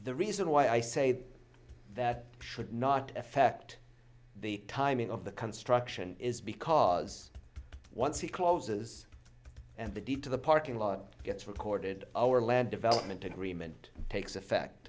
the reason why i say that should not affect the timing of the construction is because once he closes and the deed to the parking lot gets recorded our land development agreement takes effect